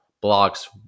Blocks